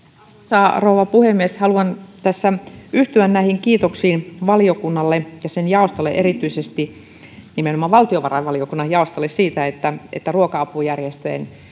arvoisa rouva puhemies haluan tässä yhtyä näihin kiitoksiin valiokunnalle ja sen jaostolle erityisesti nimenomaan valtiovarainvaliokunnan jaostolle siitä että että ruoka apujärjestöjen